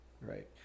right